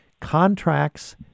contracts